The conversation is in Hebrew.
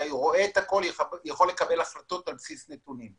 אתה יכול לראות הכול ולקבל החלטות על בסיס נתונים.